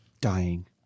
Dying